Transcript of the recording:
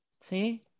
see